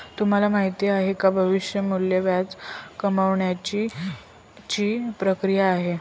तुम्हाला माहिती आहे का? भविष्य मूल्य व्याज कमावण्याची ची प्रक्रिया आहे